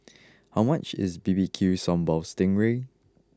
how much is B B Q Sambal Sting Ray